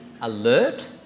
alert